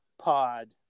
pod